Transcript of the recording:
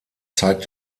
zeigt